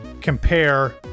compare